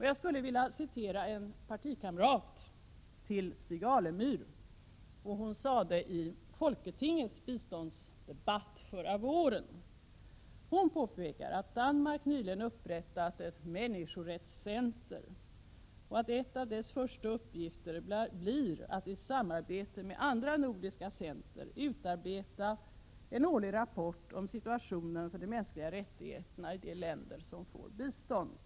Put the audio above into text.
Jag skulle vilja referera vad en partikamrat till Stig Alemyr sade i folketingets biståndsdebatt förra våren. Hon påpekade då att Danmark nyligen har upprättat ett människorättscenter och att en av dess första uppgifter blir att i samarbete med andra nordiska centrer utarbeta en årlig rapport om situationen när det gäller de mänskliga rättigheterna i de länder som får bistånd.